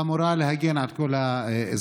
אמורה להגן על כל האזרחים.